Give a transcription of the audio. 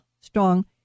strong